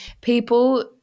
people